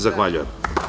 Zahvaljujem.